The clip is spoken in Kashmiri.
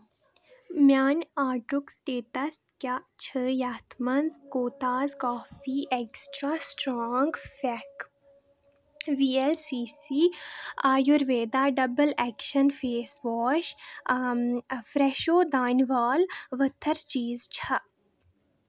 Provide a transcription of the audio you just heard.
میانہِ آرڈرُک سٹیتس کیٛاہ چھُ یتھ مَنٛز کوتھاز کافی اٮ۪کسٹرٛا سٹرانٛگ پھٮ۪کھ، V L C C ayurveda double action face wash, فرٛٮ۪شو دانِولہِ ؤتھٕر چیٖز چھِ